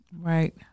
Right